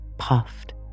puffed